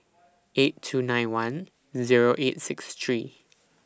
eight two nine one Zero eight six three